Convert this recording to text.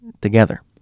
together